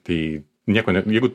tai nieko net jeigu